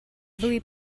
ddwy